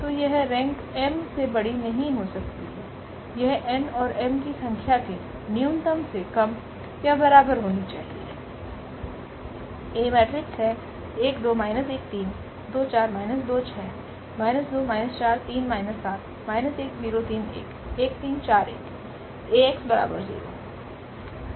तो यह rank m से बड़ी नहीं हो सकती है यह 𝑛और𝑚 कीसंख्याके न्यूनतम से कम या बराबर होनी चाहिए